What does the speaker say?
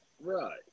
right